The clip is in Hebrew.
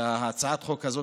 הצעת החוק הזאת,